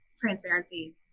transparency